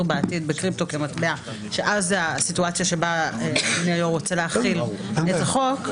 בעתיד בקריפטו כמטבע שאז הסיטואציה בה רוצים להחיל את החוק,